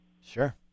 Sure